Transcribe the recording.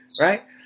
right